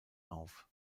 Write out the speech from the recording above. auf